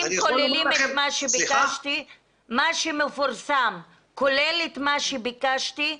מה שמפורסם כולל את מה שביקשתי?